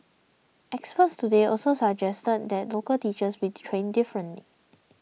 experts today also suggested that local teachers be trained differently